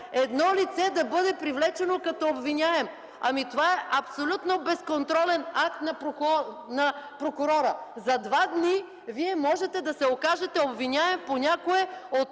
едно лице да бъде привлечено като обвиняем. Това е абсолютно безконтролен акт на прокурора. За два дни Вие можете да се окажете обвиняем по някое от